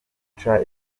guca